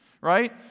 right